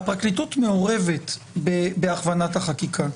הפרקליטות מעורבת בהכוונת החקיקה.